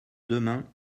demain